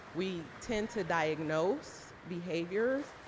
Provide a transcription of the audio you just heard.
we tend to diagnose behaviors,